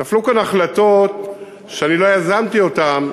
תפסו כאן החלטות שאני לא יזמתי אותן,